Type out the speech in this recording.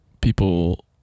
people